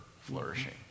flourishing